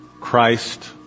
Christ